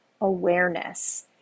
Awareness